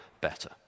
better